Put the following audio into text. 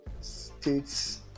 states